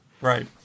Right